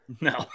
No